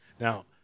Now